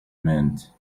meant